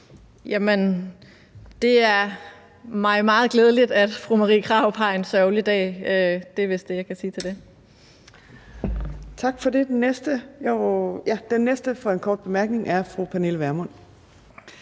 det er mig meget glædeligt, at fru Marie Krarup har en sørgelig dag. Det er vist det, jeg kan sige til det. Kl. 14:50 Fjerde næstformand (Trine Torp): Tak for det. Den næste for en kort bemærkning er fru Pernille Vermund.